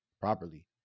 properly